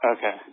Okay